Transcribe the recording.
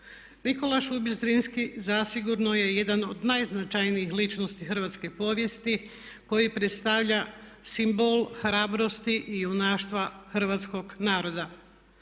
Nikola Šubić Zrinski zasigurno je jedan od najznačajnijih ličnosti hrvatske povijesti koji predstavlja simbol hrabrosti i junaštva hrvatskog naroda.